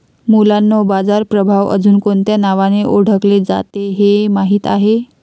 मुलांनो बाजार प्रभाव अजुन कोणत्या नावाने ओढकले जाते हे माहित आहे?